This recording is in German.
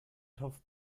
topf